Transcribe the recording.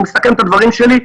אני מסכם את הדברים שלי.